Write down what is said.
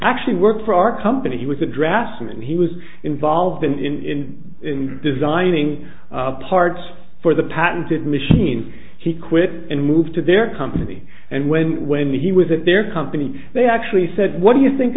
actually worked for our company he was a draftsman he was involved in designing parts for the patented machine he quit and moved to their company and when when he was at their company they actually said what do you think